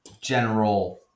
general